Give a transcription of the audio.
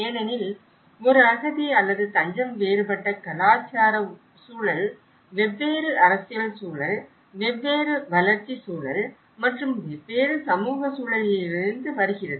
ஏனெனில் ஒரு அகதி அல்லது தஞ்சம் வேறுபட்ட கலாச்சார சூழல் வெவ்வேறு அரசியல் சூழல் வெவ்வேறு வளர்ச்சி சூழல் மற்றும் வெவ்வேறு சமூக சூழலில் இருந்து வருகிறது